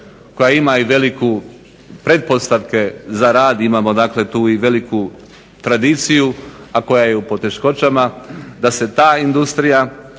koja ima i velike pretpostavke za rad. Imamo dakle tu i veliku tradiciju, a koja je u poteškoćama da se ta industrija